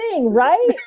right